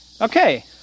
Okay